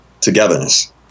togetherness